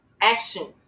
action